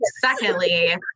secondly